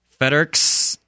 Fedex